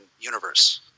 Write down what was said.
universe